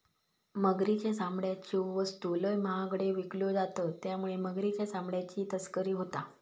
मगरीच्या चामड्याच्यो वस्तू लय महागड्यो विकल्यो जातत त्यामुळे मगरीच्या चामड्याची तस्करी होता